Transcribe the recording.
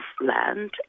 land